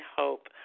hope